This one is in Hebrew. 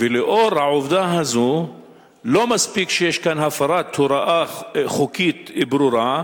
ולאור העובדה הזו לא מספיק שיש כאן הפרת הוראה חוקית ברורה,